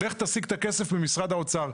לך תשיג את הכסף ממשרד האוצר.